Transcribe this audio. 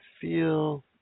feel